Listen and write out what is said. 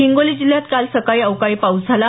हिंगोली जिल्ह्यात काल सकाळी अवकाळी पाऊस झाला